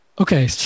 okay